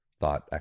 thought